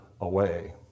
away